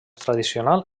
tradicional